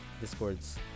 Discord's